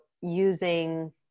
using